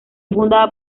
fundada